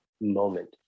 moment